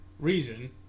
reason